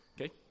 Okay